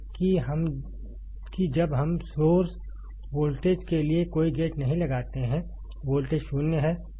कि जब हम सोर्स वोल्टेज के लिए कोई गेट नहीं लगाते हैं वोल्टेज 0 है